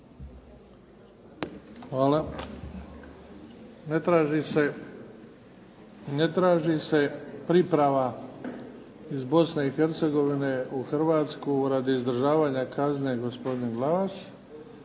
Hvala. Ne traži se priprava iz Bosne i Hercegovine u Hrvatsku radi izdržavanja kazne gospodina Glavaša,